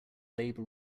label